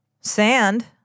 sand